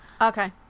okay